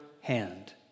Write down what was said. hand